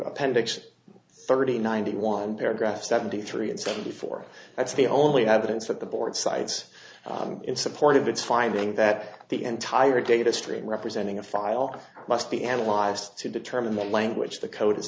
appendix thirty ninety one paragraph seventy three and seventy four that's the only evidence that the board cites in support of its finding that the entire data stream representing a file must be analyzed to determine what language the code